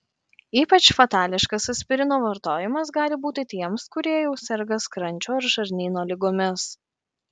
ypač fatališkas aspirino vartojimas gali būti tiems kurie jau serga skrandžio ar žarnyno ligomis